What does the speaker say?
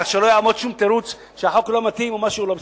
כך שלא יעמוד שום תירוץ שהחוק לא מתאים או משהו לא בסדר.